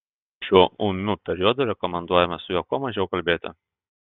šiuo ūmiu periodu rekomenduojama su juo kuo mažiau kalbėti